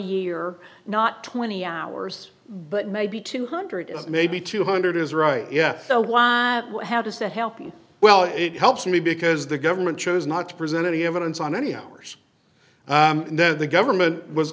year not twenty hours but maybe two hundred is maybe two hundred is right yes so why how does that help you well it helps me because the government chose not to present any evidence on any hours and then the government was